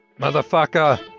Motherfucker